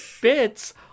bits